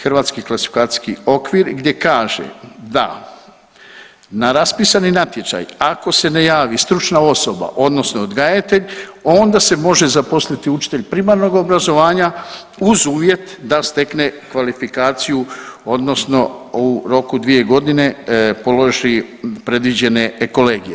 Hrvatski klasifikacijski okvir gdje kaže da na raspisani natječaj ako se ne javi stručna osoba odnosno odgajatelj onda se može zaposliti učitelj primarnog obrazovanja uz uvjet da stekne kvalifikaciju odnosno u roku 2.g. položi predviđene kolegije.